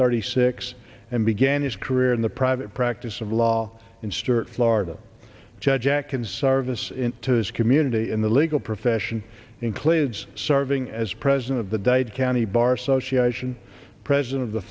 thirty six and began his career in the private practice of law in stuart florida judge jack in service in to his community in the legal profession includes serving as president of the dade county bar association president of the